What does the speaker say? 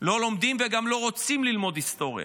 לא לומדים וגם לא רוצים ללמוד היסטוריה.